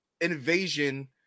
invasion